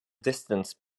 distance